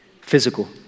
Physical